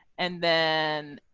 and then